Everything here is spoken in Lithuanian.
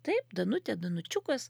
taip danutė danučiukas